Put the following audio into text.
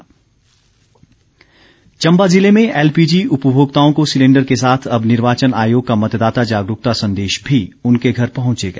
संदेश चम्बा ज़िले में एलपीजी उपभोक्ताओं को सिलेंडर के साथ अब निर्वाचन आयोग का मतदाता जागरूकता संदेश भी उनके घर पहुंचेगा